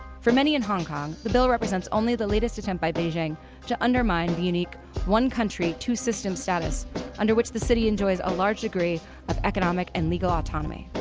for many in hong kong the bill represents only the latest attempt by beijing to undermine the unique one country two system status under which the city enjoys a large degree of economic and legal autonomy.